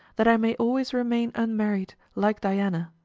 that i may always remain unmarried, like diana.